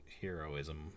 heroism